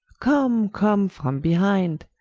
come, come from behinde,